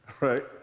Right